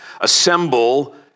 Assemble